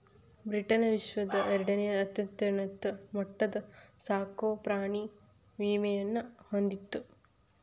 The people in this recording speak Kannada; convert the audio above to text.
ಬ್ರಿಟನ್ ವಿಶ್ವದ ಎರಡನೇ ಅತ್ಯುನ್ನತ ಮಟ್ಟದ ಸಾಕುಪ್ರಾಣಿ ವಿಮೆಯನ್ನ ಹೊಂದಿತ್ತ